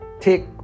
take